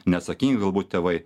neatsakingi galbūt tėvai